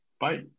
Bye